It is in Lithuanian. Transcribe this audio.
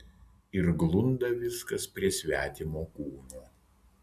ir glunda viskas prie svetimo kūno